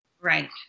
Right